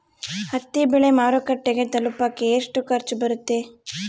ಹತ್ತಿ ಬೆಳೆ ಮಾರುಕಟ್ಟೆಗೆ ತಲುಪಕೆ ಎಷ್ಟು ಖರ್ಚು ಬರುತ್ತೆ?